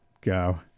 Go